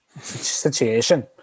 Situation